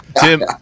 Tim